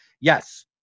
yes